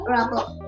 Rubble